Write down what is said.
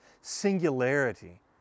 singularity